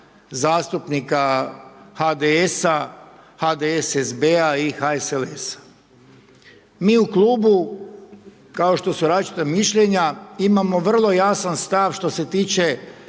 zastupnika HDS-a, HDSSB-a i HSLS-a. Mi u klubu kao što su različita mišljenja imamo vrlo jasan stav što se tiče